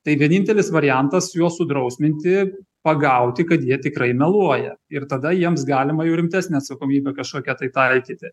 tai vienintelis variantas juos sudrausminti pagauti kad jie tikrai meluoja ir tada jiems galima jau rimtesnę atsakomybę kažkokią tai taikyti